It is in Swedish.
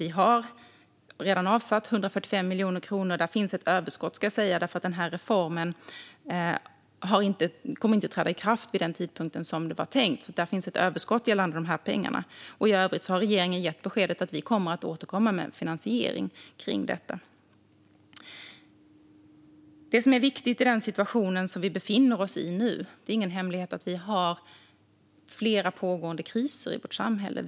Vi har redan avsatt 145 miljoner kronor. Där finns ett överskott, eftersom reformen inte kommer att träda i kraft vid den tänkta tidpunkten. I övrigt har regeringen gett beskedet att vi kommer att återkomma gällande finansiering för detta. I den situation vi nu befinner oss i finns det några viktiga saker. Det är ingen hemlighet att vi har flera pågående kriser i vårt samhälle.